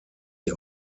die